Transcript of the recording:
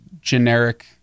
generic